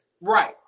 right